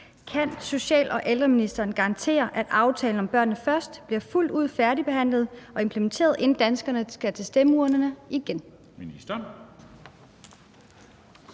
Kan social- og ældreministeren garantere, at aftalen »Børnene Først« bliver fuldt ud færdigforhandlet og implementeret, inden danskerne skal til stemmeurnerne igen?